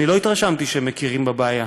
אני לא התרשמתי שהם מכירים בבעיה,